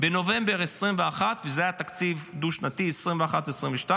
בנובמבר 2021. וזה היה תקציב דו שנתי, 2022-2021,